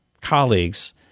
colleagues